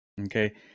Okay